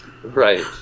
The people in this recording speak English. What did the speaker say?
Right